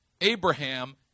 Abraham